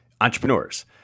entrepreneurs